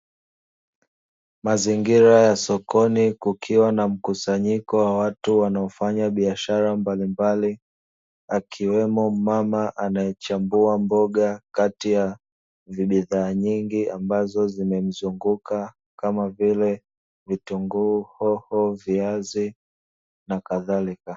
Mazingira ya sokoni kukiwa na mkusanyiko wa watu wanaofanya biashara mbalimbali, akiwemo mama anayechambua mboga kati ya vibidhaa nyingi ambazo, zimemzunguka kama vile vitunguu ,hoho ,viazi na kadhalika.